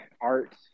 art